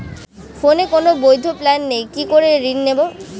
ফোনে কোন বৈধ প্ল্যান নেই কি করে ঋণ নেব?